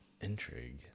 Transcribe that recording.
Intrigue